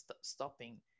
stopping